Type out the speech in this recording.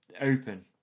open